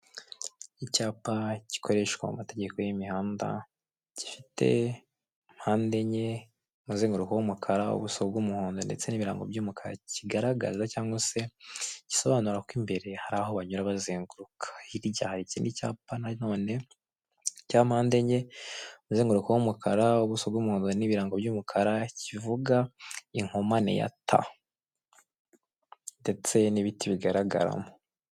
Icyapa gikoreshwa mu amategeko y'imihanda gifite mpande enye, umuzenguruko w'umukara ubuso bw'umuhondo ndetse n'ibirango by'umukara. kigaragaza cg se gisobanura ko imbere hari aho banyura bazenguruka, hirya hari ikindi cyapa nanone cya mpande enye umuzenguruko w'umukara, ubuso bw'umuhondo n'ibirango by'umukara kivuga inkomane ya "T". Ndetse n'ibiti bigaragaramo.